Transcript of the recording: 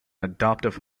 adoptive